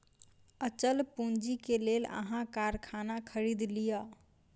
अचल पूंजी के लेल अहाँ कारखाना खरीद लिअ